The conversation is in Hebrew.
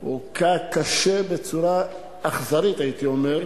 הוכה קשה, בצורה אכזרית, הייתי אומר.